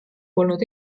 polnud